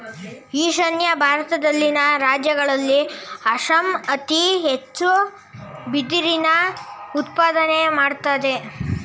ಈಶಾನ್ಯ ಭಾರತದಲ್ಲಿನ ರಾಜ್ಯಗಳಲ್ಲಿ ಅಸ್ಸಾಂ ಅತಿ ಹೆಚ್ಚು ಬಿದಿರಿನ ಉತ್ಪಾದನೆ ಮಾಡತ್ತದೆ